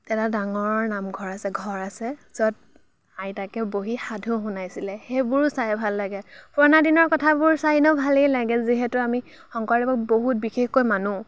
এটা ডাঙৰ নামঘৰ আছে ঘৰ আছে য'ত আইতাকে বহি সাধু শুনাইছিলে সেইবোৰো চাই ভাল লাগে পুৰণা দিনৰ কথাবোৰ চাই ইনেও ভালেই লাগে যিহেতু আমি শংকৰদেৱক বহুত বিশেষকৈ মানো